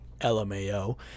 LMAO